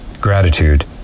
Gratitude